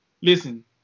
listen